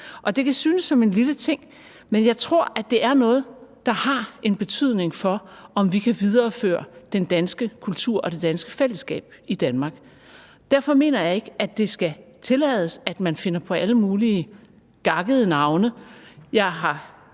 det kan synes som en lille ting, men jeg tror, at det er noget, der har en betydning for, om vi kan videreføre den danske kultur og det danske fællesskab i Danmark. Derfor mener jeg ikke, at det skal tillades, at man finder på alle mulige gakkede navne.